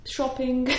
Shopping